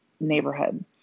neighborhood